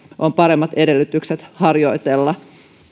on paremmat edellytykset harjoitella